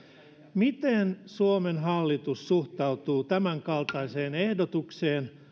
miten suomen hallitus suhtautuu tämänkaltaiseen ehdotukseen